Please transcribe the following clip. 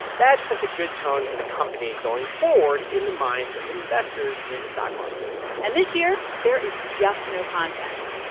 that sets a good tone for the company going forward in the minds of investors in the stock market and this year, there is just no contest.